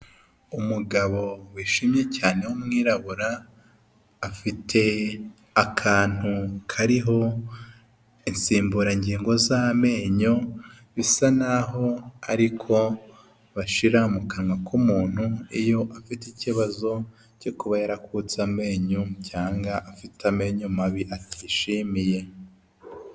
Umugabo wishimye cyane w'umwirabura, afite akantu kariho insimburangingo z'amenyo, bisa naho ari ko bashira mu kanwa k'umuntu iyo afite ikibazo cyo kuba yarakutse amenyo cyangwa afite amenyo mabi atishimiye.